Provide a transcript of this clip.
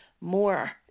more